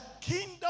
kingdom